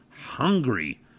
hungry